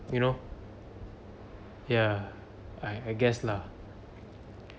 you know yeah I I guess lah